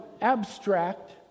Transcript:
abstract